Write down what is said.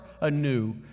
anew